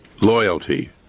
loyalty